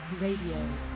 Radio